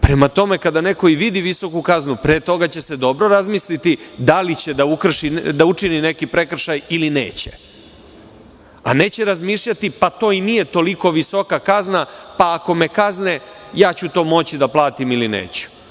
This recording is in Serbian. Prema tome, kada neko i vidi visoku kaznu, pre toga će dobro razmisliti da li će da učini neki prekršaj ili neće, a neće razmišljati – to i nije toliko visoka kazna, pa ako me kazne, ja ću to moći da platim ili neću moći.